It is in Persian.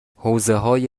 حوزههای